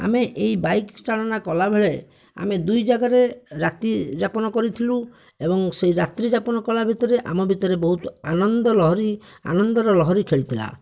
ଆମେ ଏହି ବାଇକ ଚାଳନା କଲାବେଳେ ଆମେ ଦୁଇ ଜାଗାରେ ରାତି ଯାପନ କରିଥିଲୁ ଏବଂ ସେହି ରାତ୍ରି ଯାପନ କଲା ଭିତରେ ଆମ ଭିତରେ ବହୁତ ଆନନ୍ଦ ଲହରି ଆନନ୍ଦର ଲହରି ଖେଳିଥିଲା